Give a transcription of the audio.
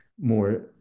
more